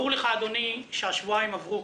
ברור לך, אדוני, שהשבועיים עברו.